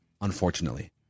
unfortunately